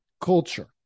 culture